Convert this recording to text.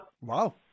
Wow